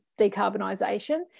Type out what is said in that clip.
decarbonisation